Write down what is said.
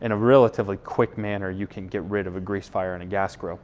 in a relatively quick manner you can get rid of a grease fire and a gas grill.